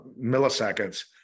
milliseconds